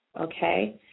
okay